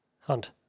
Hunt